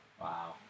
Wow